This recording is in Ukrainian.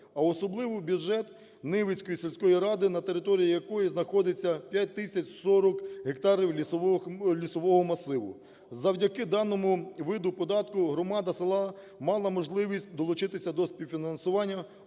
а особливо бюджет Невицької сільської ради, на території якої знаходиться 5 тисяч 40 гектарів лісового масиву. Завдяки даному виду податку громада села мала можливість долучитися до співфінансування